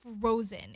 frozen